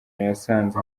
yasanze